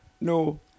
No